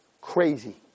Crazy